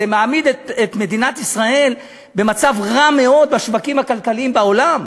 זה מעמיד את מדינת ישראל במצב רע מאוד בשווקים הכלכליים בעולם,